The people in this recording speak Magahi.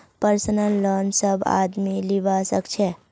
पर्सनल लोन सब आदमी लीबा सखछे